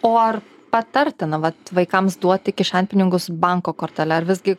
o ar patartina vat vaikams duoti kišenpinigius banko kortele ar visgi